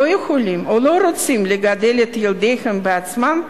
לא יכולים או לא רוצים לגדל את ילדיהם בעצמם,